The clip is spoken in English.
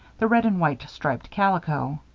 the red and white striped calico.